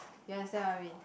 you understand what I mean